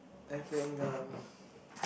I think um